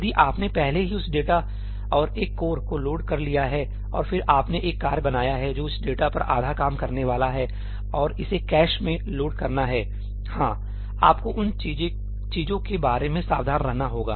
यदि आपने पहले ही उस डेटा और एक कोर को लोड कर लिया है और फिर आपने एक कार्य बनाया है जो उस डेटा पर आधा काम करने वाला है और इसे कैश में लोड करना है हाँ आपको उन चीजों के बारे में सावधान रहना होगा